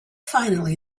finally